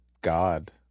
god